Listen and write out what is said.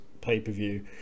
pay-per-view